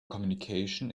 communication